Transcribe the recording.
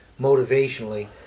motivationally